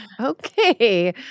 okay